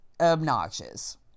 obnoxious